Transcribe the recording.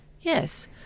Yes